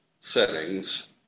settings